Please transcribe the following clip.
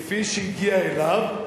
כפי שהגיעה אליו,